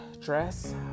dress